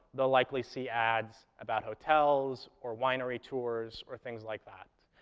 they'll likely see ads about hotels, or winery tours, or things like that.